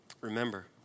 Remember